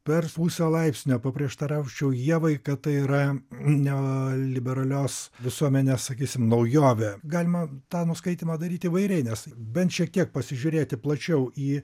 per pusę laipsnio paprieštaraučiau ievai kad tai yra neoliberalios visuomenės sakysim naujovė galima tą nuskaitymą daryti įvairiai nes bent šiek tiek pasižiūrėti plačiau į